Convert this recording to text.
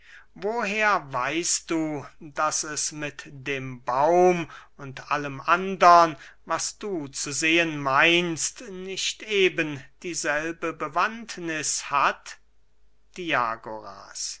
woher weißt du daß es mit dem baum und allem andern was du zu sehen meinest nicht eben dieselbe bewandtniß hat